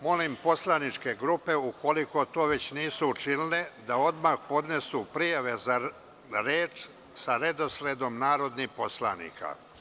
Molim poslaničke grupe ukoliko to već nisu učinile da odmah podnesu prijave za reč sa redosledom narodnih poslanika.